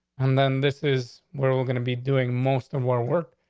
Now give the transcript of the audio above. and then this is where we're gonna be doing most of our work.